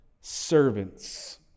servants